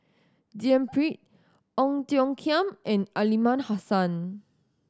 D N Pritt Ong Tiong Khiam and Aliman Hassan